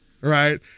right